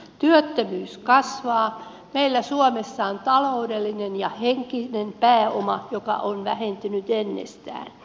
työttömyys kasvaa meillä suomessa on taloudellinen ja henkinen pääoma joka on vähentynyt ennestään